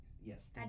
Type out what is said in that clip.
yes